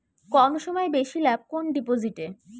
কম সময়ে বেশি লাভ কোন ডিপোজিটে?